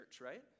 right